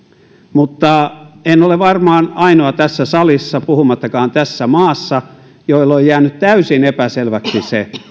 mutta en ole varmaan ainoa tässä salissa puhumattakaan tässä maassa jolle on jäänyt täysin epäselväksi se